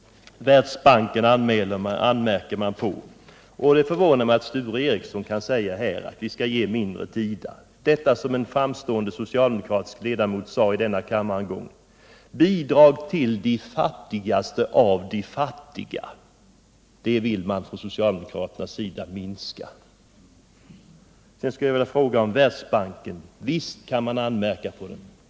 Det har här riktats anmärkningar mot Världsbanken. Det förvånar mig att Sture Ericson säger att vi bör ge ett mindre bidrag till IDA. Det är, som en framstående socialdemokratisk ledamot av denna kammare en gång sade, nämligen så att man från socialdemokratisk sida vill minska bidragen till de fattigaste av de fattiga. Visst kan man anmärka på Världsbanken.